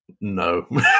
No